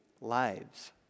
lives